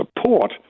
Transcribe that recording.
support